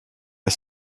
the